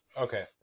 Okay